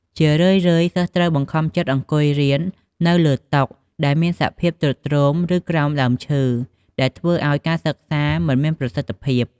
ជារឿយៗ សិស្សត្រូវបង្ខំចិត្តអង្គុយរៀននៅលើតុដែលមានសភាពទ្រុឌទ្រោម ឬក្រោមដើមឈើ ដែលធ្វើឲ្យការសិក្សាមិនមានប្រសិទ្ធភាព។